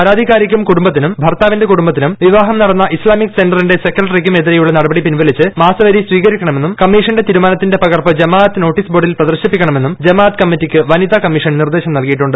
പരാതിക്കാരിക്കും കുടുംബത്തിനും ഭർത്താവിന്റെ കുടുംബത്തിനും വിവാഹം നടന്ന ഇസ്മാലിക് സെന്ററിന്റെ് സെക്രട്ടറിക്കും എതിരെയുള്ള നടപടി പിൻവലിച്ച് മാസവരി സ്വീകരിക്കണമെന്നും കമ്മീഷൻ തീരുമാനത്തിന്റെ പകർപ്പ് ജമാ അത്ത് നോട്ടീസ് ബോർഡിൽ പ്രദർശിപ്പിക്കണമെന്നും ജമാ അത്ത് കമ്മിറ്റിക്ക് വനിതാ കമ്മീഷൻ നിർദ്ദേശം നിൽകിയിട്ടുണ്ട്